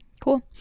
Cool